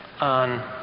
on